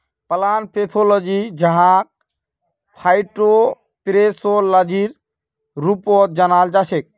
plant pathology जहाक फाइटोपैथोलॉजीर रूपतो जानाल जाछेक